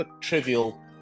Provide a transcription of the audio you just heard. trivial